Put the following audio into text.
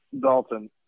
Dalton